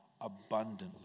abundantly